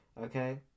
Okay